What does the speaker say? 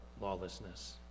lawlessness